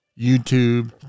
YouTube